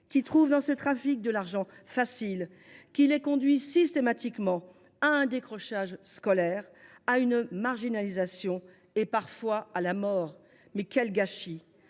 et trouvent dans ce trafic l’argent facile qui les conduit systématiquement au décrochage scolaire, à la marginalisation et, parfois, à la mort. Quel gâchis !